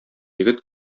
егет